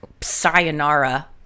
sayonara